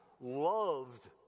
loved